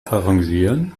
arrangieren